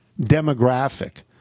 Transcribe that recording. demographic